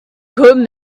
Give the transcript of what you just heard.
good